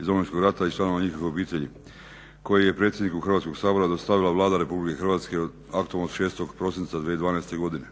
iz Domovinskog rata i članova njihovih obitelji koji je predsjedniku Hrvatskog sabora dostavila Vlada RH aktom od 6.prosinca 2012.godine.